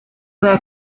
their